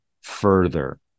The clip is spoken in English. further